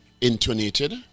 intonated